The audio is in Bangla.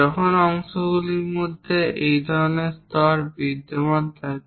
যখন অংশগুলির মধ্যে এই ধরনের স্তর বিদ্যমান থাকে